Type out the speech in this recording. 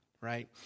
right